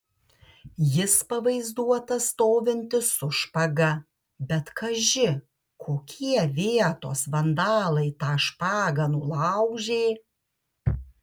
jis pavaizduotas stovintis su špaga bet kaži kokie vietos vandalai tą špagą nulaužė